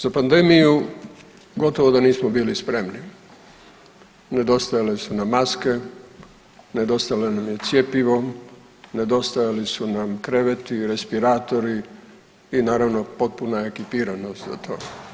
Za pandemiju gotovo da nismo bili spremni, nedostajale su na maske, nedostajalo nam je cjepivo, nedostajali su nam kreveti, respiratori i naravno potpuna ekipiranost za to.